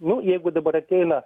nu jeigu dabar ateina